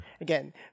again